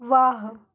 वाह